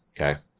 Okay